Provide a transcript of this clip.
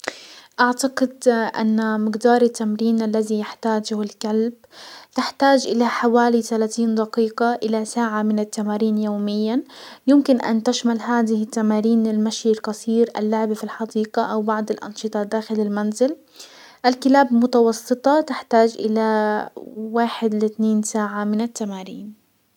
اعتقد ان مقدار التمرين الزي يحتاجه الكلب تحتاج الى حوالي تلاتين دقيقة الى ساعة من التمارين يوميا. يمكن ان تشمل هذه التمارين للمشي القصير، اللعب في الحديقة، او بعض الانشطة داخل المنزل. الكلاب متوسطة تحتاج الى واحد لاتنين ساعة من التمارين.